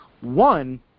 One